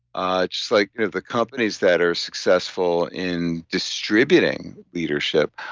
ah just like the companies that are successful in distributing leadership,